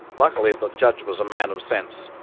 luckily, the judge was a man of sense,